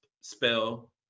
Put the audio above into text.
spell